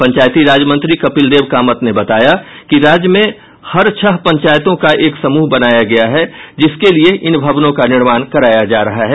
पंचायती राज मंत्री कपिल देव कामत ने बताया कि राज्य में हर छह पंचायतों का एक समूह बनाया गया है जिसके लिये इन भवनों का निर्माण कराया जा रहा है